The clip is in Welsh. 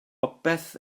bopeth